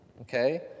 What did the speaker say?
Okay